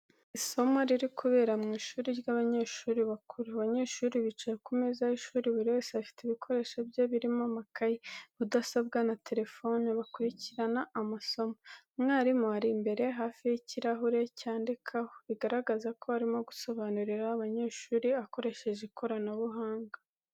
Isomo riri kubera mu ishuri ry’abanyeshuri bakuru. Abanyeshuri bicaye ku meza y’ishuri, buri wese afite ibikoresho bye birimo amakaye, mudasobwa na telefone, bakurikirana amasomo. Umwarimu ari imbere hafi y'ikirahure cyandikaho, bigaragaza ko arimo gusobanurira abanyeshuri akoresheje ikoranabuhanga.